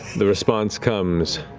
the response comes.